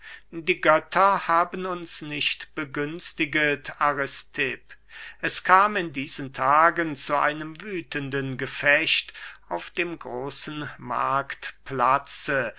die götter haben uns nicht begünstiget aristipp es kam in diesen tagen zu einem wüthenden gefecht auf dem großen marktplatze